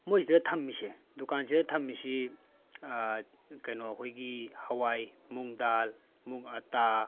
ꯃꯣꯏꯁꯤꯗ ꯊꯝꯃꯤꯁꯦ ꯗꯨꯀꯥꯟꯁꯤꯗ ꯊꯝꯃꯤꯁꯤ ꯀꯩꯅꯣ ꯑꯩꯈꯣꯏꯒꯤ ꯍꯋꯥꯏ ꯃꯨꯡ ꯗꯥꯜ ꯑꯇꯥ